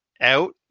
out